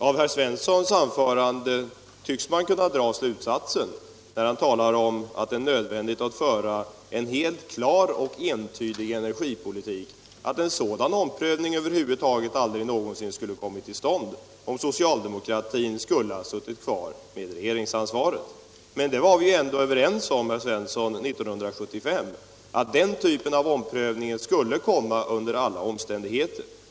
Av vad herr Svensson sade om att det är nödvändigt att föra en helt klar och entydig energipolitik tycks man kunna dra slutsatsen att en sådan omprövning över huvud taget aldrig skulle ha kommit till stånd om socialdemokratin hade suttit kvar med regeringsansvaret. Men vi var ju ändå överens om 1975, herr Svensson, att den typen av omprövning skulle komma under alla omständigheter.